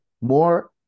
more